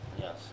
Yes